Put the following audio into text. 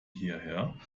hierher